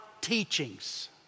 teachings